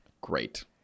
great